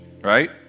Right